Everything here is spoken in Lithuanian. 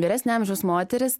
vyresnio amžiaus moteris